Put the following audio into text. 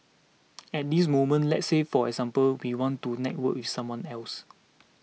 at this moment let's say for example we want to network with someone else